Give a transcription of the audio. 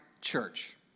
church